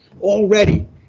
already